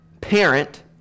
parent